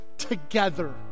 Together